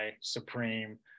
Supreme